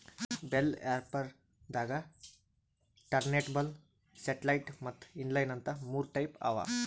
bell wrapper ದಾಗಾ turntable satellite ಮತ್ತ್ inline ಅಂತ್ ಮೂರ್ ಟೈಪ್ ಅವಾ